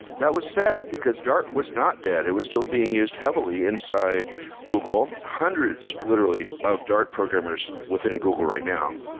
that was sad, because dart was not that. it was still being used heavily inside google. hundreds literally of dart programmers within google right now,